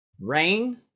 Rain